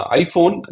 iPhone